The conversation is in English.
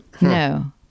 No